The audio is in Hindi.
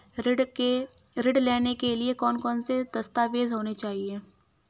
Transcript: ऋण लेने के लिए कौन कौन से दस्तावेज होने चाहिए?